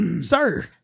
sir